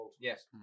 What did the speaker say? yes